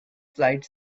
flight